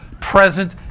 present